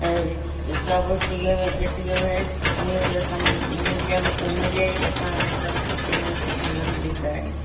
इहे सभु टीवीअ टीवीअ में न्यूज़ असां मीडिया जी तरफ़ां सभु न्यूज़ टीवीअ में ॾिसंदा आहियूं